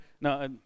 no